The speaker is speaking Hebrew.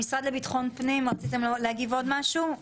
המשרד לביטחון הפנים רציתם להגיב לעוד משהו?